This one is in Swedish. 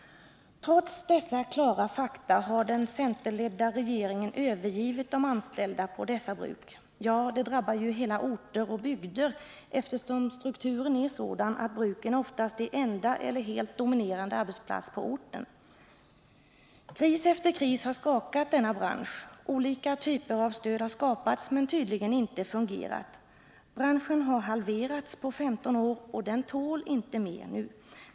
Trots dessa klara fakta har den centerledda regeringen övergivit de anställda på dessa bruk. Ja, det drabbar ju hela orter och bygder, eftersom strukturen är sådan att bruken oftast är enda eller helt dominerande arbetsplats på orten. Kris efter kris har skakat denna bransch. Olika typer av stöd har skapats men tydligen inte fungerat. Branschen har halverats på 15 år, och den tål inte mer nu.